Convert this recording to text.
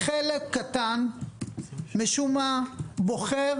חלק קטן משום מה בוחר,